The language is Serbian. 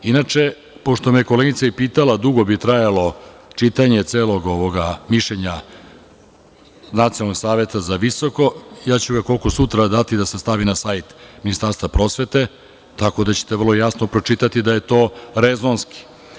Inače, pošto me je koleginica i pitala, dugo bi trajalo čitanje celog ovog mišljenja Nacionalnog saveta za visoko, koliko sutra ću dati da se stavi na sajt Ministarstva prosvete, tako da ćete vrlo jasno pročitati da je to rezonski.